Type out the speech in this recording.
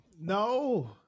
No